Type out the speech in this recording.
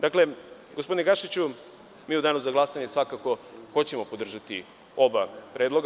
Dakle, gospodine Gašiću, mi u danu za glasanje svakako hoćemo podržati oba predloga.